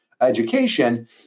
education